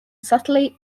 subtly